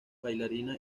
bailarina